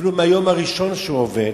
אפילו מהיום הראשון שהוא עובד,